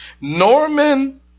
Norman